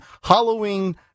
Halloween